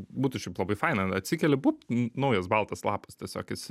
būtų šiaip labai faina atsikeli bup naujas baltas lapas tiesiog esi